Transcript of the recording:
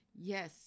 yes